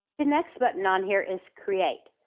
the next button on here is create.